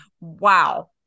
wow